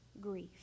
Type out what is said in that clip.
grief